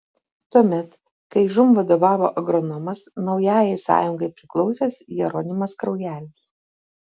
tuomet kai žūm vadovavo agronomas naujajai sąjungai priklausęs jeronimas kraujelis